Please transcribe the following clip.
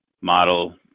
model